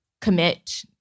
commit